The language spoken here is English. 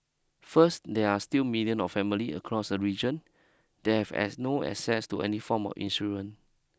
first there are still million of family across the region that have as no access to any form of insurance